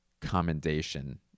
commendation